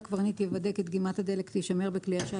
הקברניט יוודא כי דגימת הדלק תישמר בכלי השיט